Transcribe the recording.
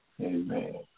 Amen